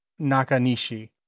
Nakanishi